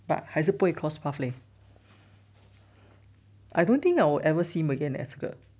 but 还是不会 cross path leh I don't think our ever see him again eh 这个